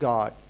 God